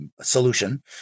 solution